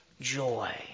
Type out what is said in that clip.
joy